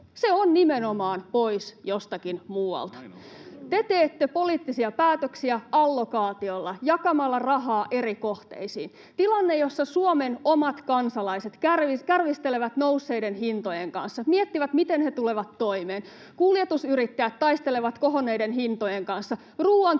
on nimenomaan pois jostakin muualta. Te teette poliittisia päätöksiä allokaatiolla, jakamalla rahaa eri kohteisiin, tilanteessa, jossa Suomen omat kansalaiset kärvistelevät nousseiden hintojen kanssa, miettivät, miten he tulevat toimeen, kuljetusyrittäjät taistelevat kohonneiden hintojen kanssa,